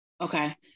Okay